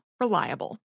Reliable